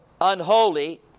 unholy